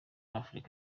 afurika